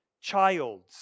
child's